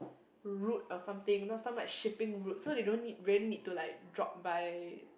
route or something now some like shipping route so they don't need really need to like drop by